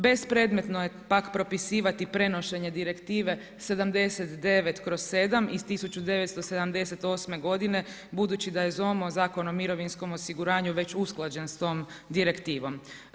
Bez predmetno je pak propisivati prenošenje Direktive 79/7 iz 1978. godine budući da je Zakonom o mirovinskom osiguranju već usklađen s tom direktivom.